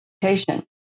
patient